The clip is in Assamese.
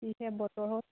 যিহে বতৰ